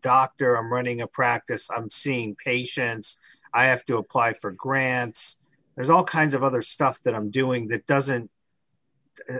doctor i'm running a practice i'm seeing patients i have to apply for grants there's all kinds of other stuff that i'm doing that doesn't